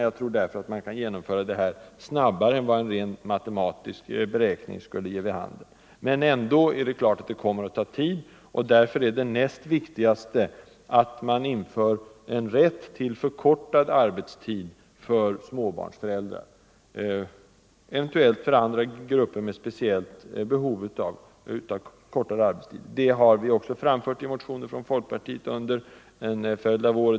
Jag tror därför att man kan genomföra reformen snabbare än vad en rent matematisk beräkning ger vid handen. Men det tar givetvis ändå en viss tid, och därför är det näst viktigaste att man inför rätt till förkortad arbetstid för småbarnsföräldrar, eventuellt också för andra grupper med särskilt stort behov av kortare arbetstid. Det har vi aktualiserat i motioner från folkpartiet under en följd av år.